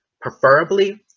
Preferably